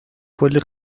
کلی